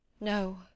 No